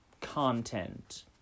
content